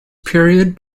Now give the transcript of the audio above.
period